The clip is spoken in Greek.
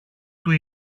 του